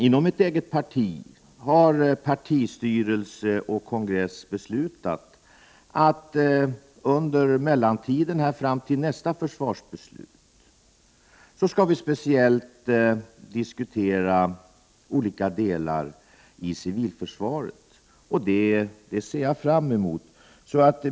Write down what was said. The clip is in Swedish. Inom mitt eget parti har partistyrelsen och kongressen beslutat att vi under tiden fram till nästa försvarsbeslut speciellt skall diskutera olika delar av civilförsvaret. Det ser jag fram emot.